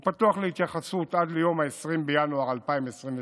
והוא פתוח להתייחסות עד 20 בינואר 2023,